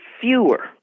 fewer